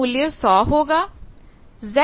Zo का मूल्य 50 है